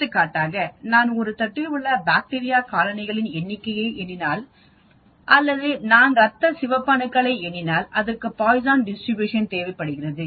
எடுத்துக்காட்டாக நான் ஒரு தட்டில் உள்ள பாக்டீரியா காலனிகளின் எண்ணிக்கையை எண்ணினால் அல்லது நான் ரத்த சிவப்பு அணுக்களை எண்ணினாள் அதற்கு பாய்சான் டிஸ்ட்ரிபியூஷன் தேவைப்படுகிறது